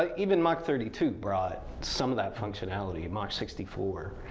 ah even mach thirty two brought some of that functionality, mach sixty four.